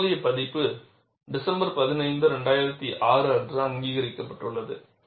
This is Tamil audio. தற்போதைய பதிப்பு டிசம்பர் 15 2006 அன்று அங்கீகரிக்கப்பட்டுள்ளது